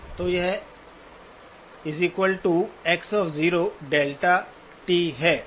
तो यह X δ है ठीक है